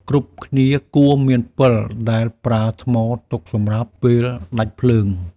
គ្រប់គ្នាគួរមានពិល ដែលប្រើថ្មទុកសម្រាប់ពេលដាច់ភ្លើង។